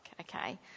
okay